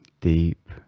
deep